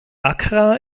accra